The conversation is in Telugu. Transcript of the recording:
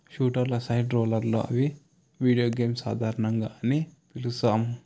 షూటర్ల సైడ్ రోలర్లో అవి వీడియో గేమ్స్ సాధారణంగా అని పిలుస్తాం